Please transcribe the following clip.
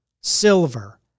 silver